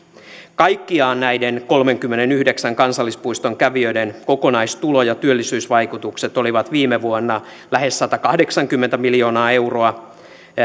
kaikkiaan näiden kolmenkymmenenyhdeksän kansallispuiston kävijöiden kokonaistulot ja työllisyysvaikutukset olivat viime vuonna lähes satakahdeksankymmentä miljoonaa euroa